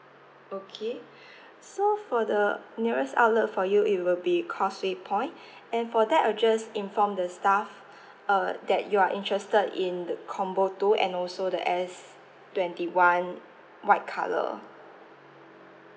okay so for the nearest outlet for you it will be causeway point and for that I'll just inform the staff uh that you are interested in the combo two and also the S twenty one white colour